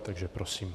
Takže prosím.